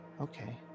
Okay